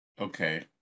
okay